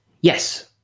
Yes